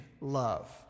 love